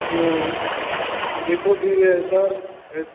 देखो फिर ऐसा रेस